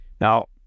Now